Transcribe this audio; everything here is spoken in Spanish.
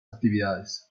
actividades